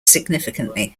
significantly